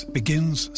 begins